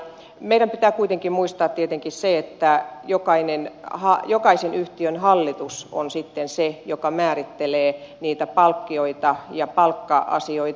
meidän pitää kuitenkin muistaa tietenkin se että jokaisen yhtiön hallitus on sitten se joka määrittelee niitä palkkioita ja palkka asioita